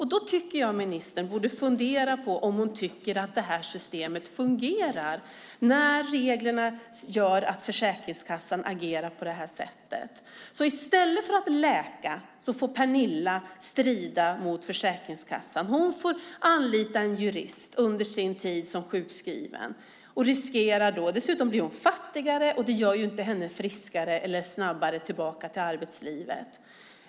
När reglerna gör att Försäkringskassan agerar på det här sättet tycker jag att ministern borde fundera på om hon tycker att systemet fungerar. I stället för att läka får Pernilla nu strida mot Försäkringskassan. Hon får anlita en jurist under sin tid som sjukskriven. Dessutom blir hon fattigare. Det gör henne inte friskare, och det gör inte heller att hon snabbare kommer tillbaka till arbetslivet.